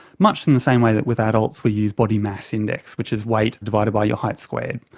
much in the same way that with adults we use body mass index, which is weight divided by your height squared.